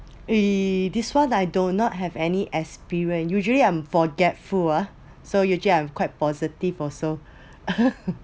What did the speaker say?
eh this one I do not have any experience usually I'm forgetful ah so usually I'm quite positive also